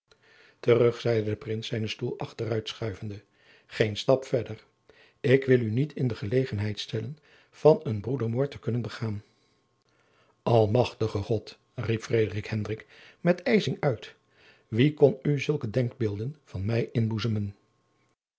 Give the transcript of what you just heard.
terug zeide de prins zijnen stoel achteruit schuivende geen stap verder ik wil u niet in de gelegenheid stellen van een broedermoord te kunnen begaan almachtige god riep frederik hendrik met ijzing uit wie kon u zulke denkbeelden van mij inboezemen